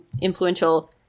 influential